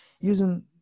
Using